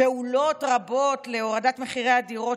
פעולות רבות להורדת מחירי הדירות,